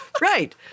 Right